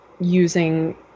using